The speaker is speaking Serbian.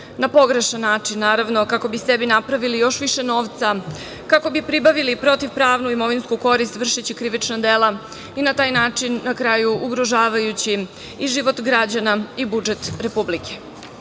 na pogrešan način, naravno, kako bi sebi napravili još više novca, kako bi pribavili protivpravnu imovinsku korist vršeći krivična dela i na taj način, na kraju, ugrožavajući i život građana i budžet Republike.